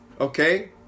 Okay